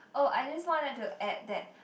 oh I just wanted to add that